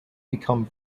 become